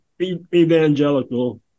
evangelical